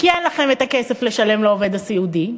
כי אין לכם הכסף לשלם לעובד הסיעודי,